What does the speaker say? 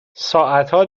ساعتها